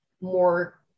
more